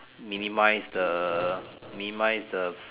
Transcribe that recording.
minimise the minimise the